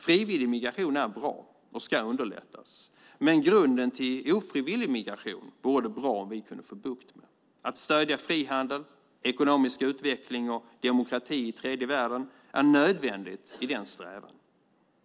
Frivillig migration är bra och ska underlättas, men grunden till ofrivillig migration vore det bra om vi kunde få bukt med. Att stödja frihandel, ekonomisk utveckling och demokrati i tredje världen är nödvändigt i den strävan.